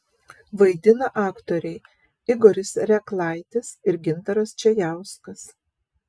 vaidina aktoriai igoris reklaitis ir gintaras čajauskas